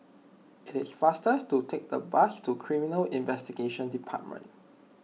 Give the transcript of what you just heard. it is faster to take a bus to Criminal Investigation Department